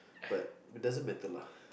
but it doesn't matter lah